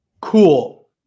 Cool